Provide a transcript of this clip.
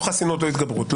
או חסינות או התגברות.